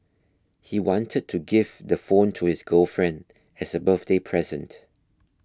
he wanted to give the phone to his girlfriend as a birthday present